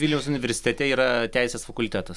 vilniaus universitete yra teisės fakultetas